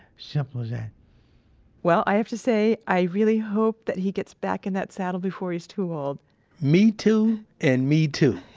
simple as that well, i have to say, i really hope that he gets back in the saddle before he's too old me too and me too.